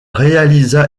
réalisa